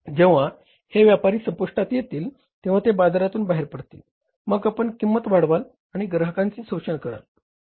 जेव्हा हे व्यापारी संपुष्टात येतील तेव्हा ते बाजारातून बाहेर पडतील मग आपण किंमत वाढवाल आणि ग्राहकांचे शोषण कराल